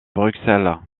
bruxelles